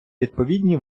відповідні